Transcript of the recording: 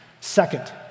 Second